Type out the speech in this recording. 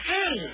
Hey